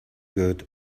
good